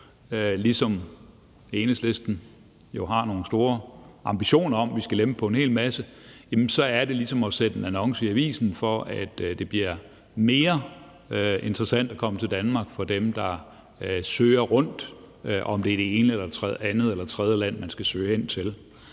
ligesom Enhedslisten jo har nogle store ambitioner om, at vi skal lempe på en hel masse, er vi også nervøse for, at det bliver ligesom at sætte en annonce i avisen, og det bliver mere interessant at komme til Danmark for dem, der søger bredt, i forhold til om det er det ene, det andet eller tredje land, de søger hen til.